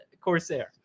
Corsair